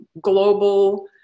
global